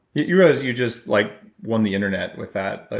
you realize you just like, won the internet with that? ah